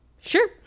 Sure